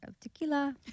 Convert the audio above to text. tequila